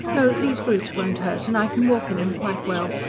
no, these boots won't hurt. and i can walk in them quite well.